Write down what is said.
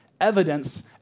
evidence